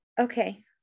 Okay